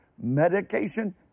medication